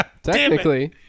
Technically